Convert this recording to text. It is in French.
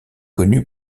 connue